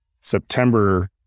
September